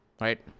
Right